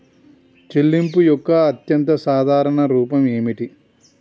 చెల్లింపు యొక్క అత్యంత సాధారణ రూపం ఏమిటి?